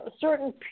certain